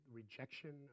rejection